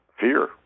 fear